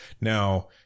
Now